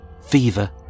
fever